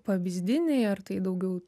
pavyzdiniai ar tai daugiau